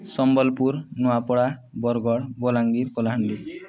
Sambalpur Nuapada Bargarh Balangir Kalahandi